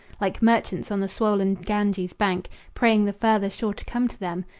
like merchants on the swollen ganges' bank praying the farther shore to come to them,